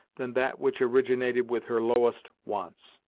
than that which originated with her lowest wants.